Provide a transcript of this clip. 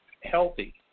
healthy